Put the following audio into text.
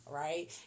right